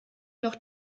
noch